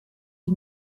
die